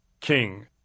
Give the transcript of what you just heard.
King